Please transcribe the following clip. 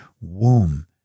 womb